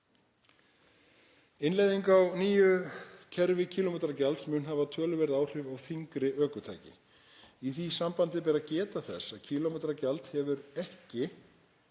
Innleiðing á nýju kerfi kílómetragjalds mun hafa töluverð áhrif á þyngri ökutæki. Í því sambandi ber að geta þess að kílómetragjald hefur ekki